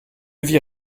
vit